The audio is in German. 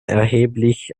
erheblich